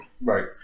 Right